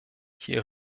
hier